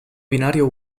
binario